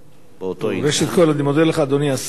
ראשית, אני מודה לך, אדוני השר.